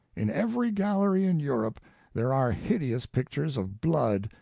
in every gallery in europe there are hideous pictures of blood,